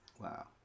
Wow